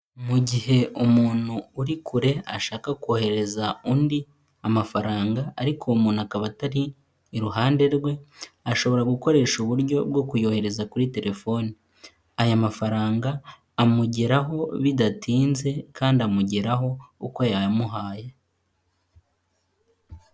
Mu gihe umuntu uri kure ashaka koherereza undi amafaranga ariko uwo muntu akaba atari iruhande rwe ashobora gukoresha uburyo bwo kuyohereza kuri telefoni, aya mafaranga amugeraho bidatinze kandi amugeraho uko yayamuhaye.